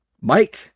Mike